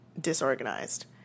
disorganized